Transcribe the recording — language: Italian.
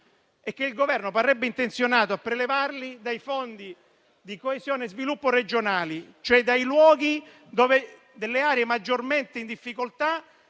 e che il Governo parrebbe intenzionato a prelevarli dai fondi di coesione e sviluppo regionali, cioè dalle aree maggiormente in difficoltà,